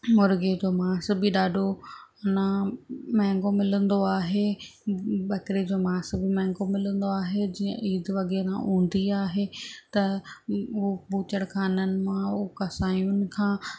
मुर्गे जो मांस बि ॾाढो आहिनि महांगो मिलंदो आहे ॿकरे जो मांस बि महांगो मिलंदो आहे जीअं ईद वग़ैरह हूंदी आहे त हू बूचड़खाननि मां उहो कसायुनि खां